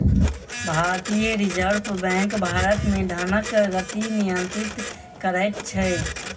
भारतीय reserve bank Bharat मे धनक गति नियंत्रित करैत अछि